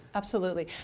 absolutely.